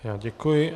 Já děkuji.